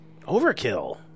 overkill